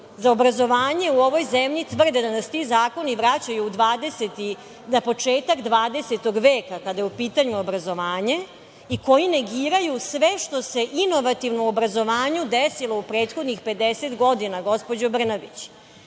za obrazovanje u ovoj zemlji tvrde da nas ti zakoni vraćaju na početak 20. veka, kada je u pitanju obrazovanje, i koji negiraju sve što se inovativno u obrazovanju desilo u prethodnih 50 godina, gospođo Brnabić? Kada